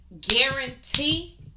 guarantee